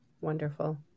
Wonderful